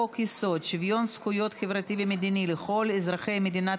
חוק-יסוד: שוויון זכויות חברתי ומדיני לכל אזרחי מדינת